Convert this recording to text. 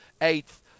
eighth